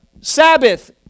Sabbath